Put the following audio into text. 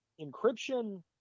encryption